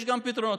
יש גם פתרונות.